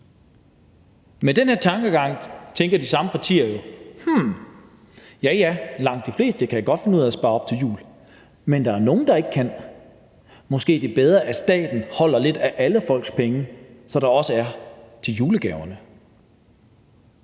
Med den her tankegang tænker de samme partier: Langt de fleste kan godt finde ud af at spare op til jul, men der er nogle, der ikke kan, så det er måske bedre, at staten holder lidt af alle folks penge tilbage, så der også er til julegaverne.